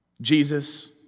Jesus